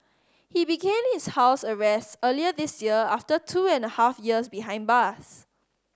he began his house arrest earlier this year after two and a half years behind bars